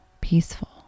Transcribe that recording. peaceful